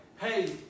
hey